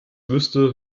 wüsste